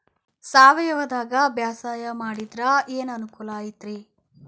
ಸಾವಯವದಾಗಾ ಬ್ಯಾಸಾಯಾ ಮಾಡಿದ್ರ ಏನ್ ಅನುಕೂಲ ಐತ್ರೇ?